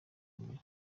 mbere